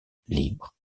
libre